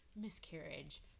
miscarriage